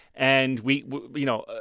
and we you know,